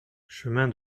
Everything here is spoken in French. chemin